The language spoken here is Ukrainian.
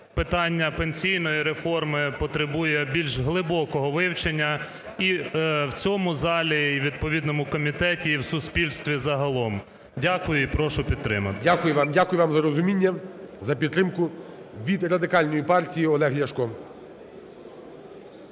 питання пенсійної реформи потребує більш глибокого вивчення і в цьому залі, і у відповідному комітеті, і в суспільстві загалом. Дякую і прошу підтримати. ГОЛОВУЮЧИЙ. Дякую вам, дякую вам за розуміння, за підтримку. Від Радикальної партії Олег Ляшко.